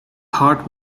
heart